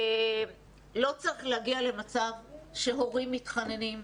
לא צריך להגיע למצב שהורים מתחננים,